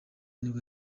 nibwo